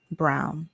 brown